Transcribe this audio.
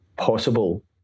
possible